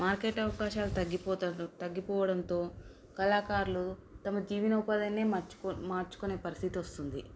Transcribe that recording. market అవకాశాలు తగ్గిపోవడంతో కళాకారులు తమ జీవనోపాధినే మార్చుకునే పరిస్థితి వస్తుంది